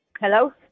Hello